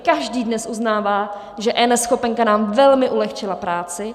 Každý dnes uznává, že eNeschopenka nám velmi ulehčila práci.